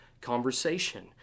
conversation